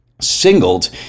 singled